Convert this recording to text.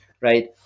right